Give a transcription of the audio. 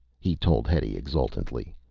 he told hetty exultantly.